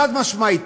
חד-משמעית.